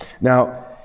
now